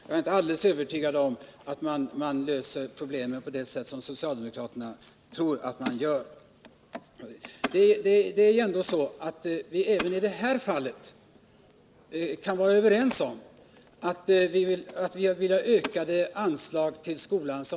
Jag är inte alldeles övertygad om att man löser problemen på det sätt som socialdemokraterna tror att man kan lösa dem på. Jag tror att vi alla är överens om att det behövs ökade anslag till skolan.